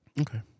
Okay